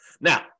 Now